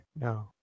no